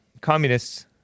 Communists